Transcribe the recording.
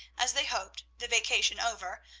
as they hoped, the vacation over,